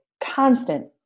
constant